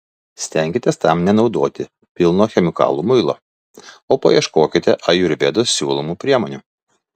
stenkitės tam nenaudoti pilno chemikalų muilo o paieškokite ajurvedos siūlomų priemonių